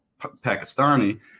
pakistani